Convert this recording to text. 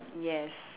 yes